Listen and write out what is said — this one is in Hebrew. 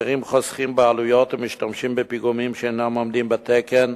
אחרים חוסכים בעלויות ומשתמשים בפיגומים שאינם עומדים בתקן,